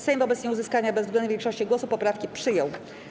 Sejm wobec nieuzyskania bezwzględnej większości głosów poprawkę przyjął.